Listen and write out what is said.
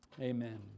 Amen